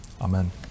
Amen